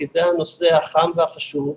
כי זה הנושא החם והחשוב,